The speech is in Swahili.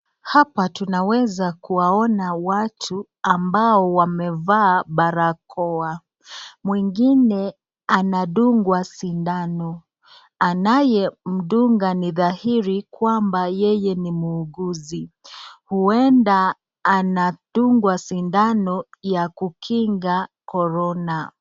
Hapa tunaweza kuwaona watu ambao wamevaa barakoa. Mwingine anadungwa sindano, anayemdunga ni dhairi kwamba yeye ni muuguzi, ueda anadungwa sindano ya kukinga corona.